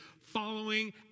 following